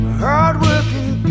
hard-working